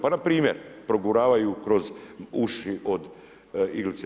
Pa npr. proguravaju kroz uši od iglice.